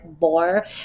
more